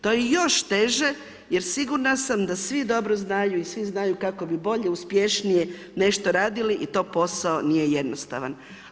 To je još teže jer sigurna sam da svi dobro znaju i svi znaju kako bi bolje uspješnije nešto radili i to posao nije jednostavan.